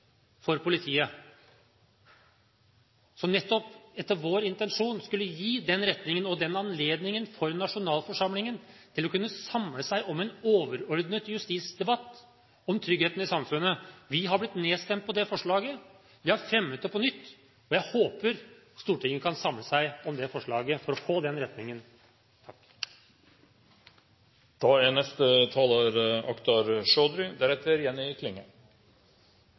for politiet, som nettopp, etter vår intensjon, skulle gi den retningen og den anledningen for nasjonalforsamlingen til å kunne samle seg om en overordnet justisdebatt om tryggheten i samfunnet. Vi har blitt nedstemt på det forslaget. Vi har fremmet det på nytt, og jeg håper Stortinget kan samle seg om det forslaget for å få den retningen.